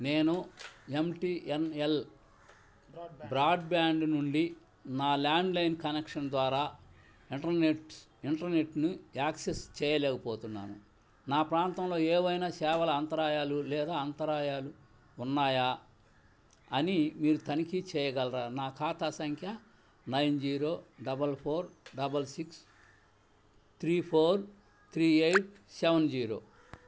నేను MTNL broadband నుండి నా ల్యాండ్లైన్ కనెక్షన్ ద్వారా ఇంటర్నెట్స్ ఇంటర్నెట్ను యాక్సెస్ చేయలేకపోతున్నాను నా ప్రాంతంలో ఏవైనా సేవల అంతరాయాలు లేదా అంతరాయాలు ఉన్నాయా అని మీరు తనిఖీ చేయగలరా నా ఖాతా సంఖ్య nine zero double four double six three four three eight seven zero